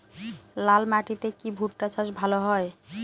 লাল মাটিতে কি ভুট্টা চাষ ভালো হয়?